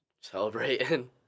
celebrating